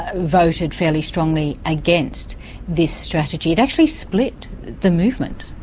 ah voted fairly strongly against this strategy, it actually split the movement.